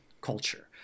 culture